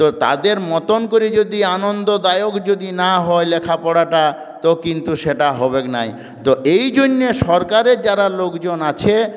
তো তাদের মত করে যদি আনন্দদায়ক যদি না হয় লেখাপড়াটা তো কিন্তু সেটা হবে না তো এই জন্যে সরকারের যারা লোকজন আছে